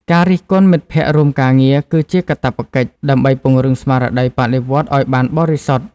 ការរិះគន់មិត្តភក្តិរួមការងារគឺជាកាតព្វកិច្ច ដើម្បីពង្រឹងស្មារតីបដិវត្តន៍ឱ្យបានបរិសុទ្ធ។